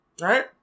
Right